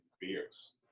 beers